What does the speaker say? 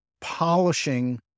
polishing